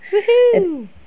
Woohoo